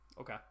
Okay